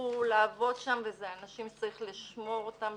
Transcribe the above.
שהצטרכו לעבוד שם, וזה אנשים שצריך לשמור אותם,